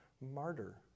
martyr